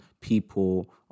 people